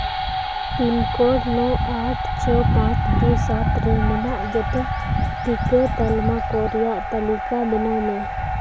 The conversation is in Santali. ᱯᱤᱱ ᱠᱳᱰ ᱱᱚ ᱟᱴ ᱪᱷᱚ ᱯᱟᱸᱪ ᱫᱩ ᱥᱟᱛ ᱨᱮ ᱢᱮᱱᱟᱜ ᱡᱚᱛᱚ ᱴᱤᱠᱟᱹ ᱛᱟᱞᱢᱟ ᱠᱚ ᱨᱮᱭᱟᱜ ᱛᱟᱹᱞᱤᱠᱟ ᱵᱮᱱᱟᱣ ᱢᱮ